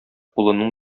улының